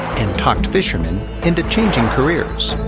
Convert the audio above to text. and talked fishermen into changing careers.